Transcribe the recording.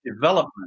development